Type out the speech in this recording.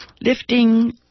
Lifting